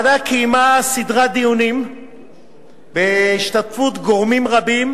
הוועדה קיימה סדרת דיונים בהשתתפות גורמים רבים.